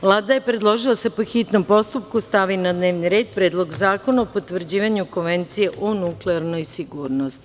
Vlada je predložila da se, po hitnom postupku, stavi na dnevni red Predlog zakona o potvrđivanju Konvencije o nuklearnom sigurnosti.